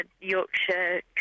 Yorkshire